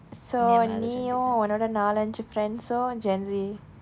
so நீயும் உன்னோட நாலு ஐந்து:niyum unnoda naalu ainthu friends gen Z